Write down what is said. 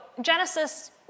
Genesis